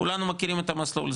כולנו מכירים את המסלול,